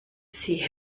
sie